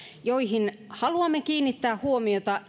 joihin haluamme kiinnittää huomiota